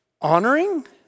honoring